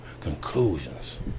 conclusions